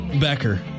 Becker